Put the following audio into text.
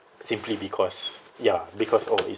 simply because ya because oh it's